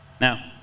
Now